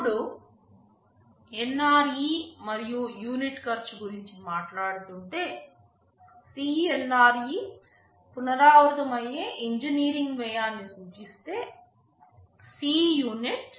ఇప్పుడు NRE మరియు unit ఖర్చు గురించి మాట్లాడుతుంటే CNRE పునరావృతమయ్యే ఇంజనీరింగ్ వ్యయాన్ని సూచిస్తే Cunit యూనిట్ వ్యయాన్ని సూచిస్తుంది